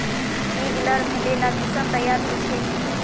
बीज लार भले ला किसम तैयार होछे